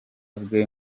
bwe